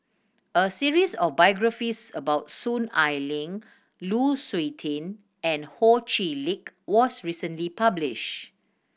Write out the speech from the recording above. a series of biographies about Soon Ai Ling Lu Suitin and Ho Chee Lick was recently published